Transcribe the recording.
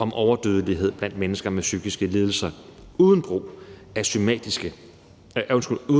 om overdødelighed blandt mennesker med psykiske lidelser uden